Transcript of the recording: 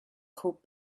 called